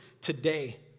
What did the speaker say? today